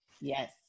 Yes